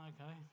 Okay